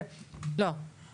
לא,